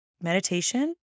meditation